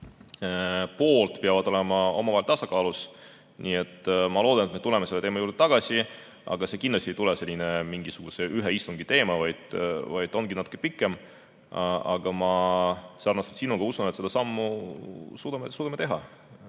poolt peavad olema omavahel tasakaalus. Nii et ma loodan, et me tuleme selle teema juurde tagasi. See kindlasti ei ole mingisugune ühe istungi teema, vaid see teema ongi natuke pikem. Aga ma sarnaselt sinuga usun, et selle sammu me suudame teha.